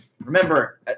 Remember